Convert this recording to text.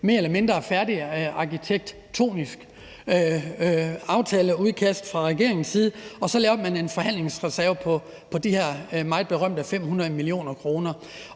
mere eller mindre arkitektonisk færdigt aftaleudkast fra regeringens side, og så lavede man en forhandlingsreserve på de her meget berømte 500 mio. kr.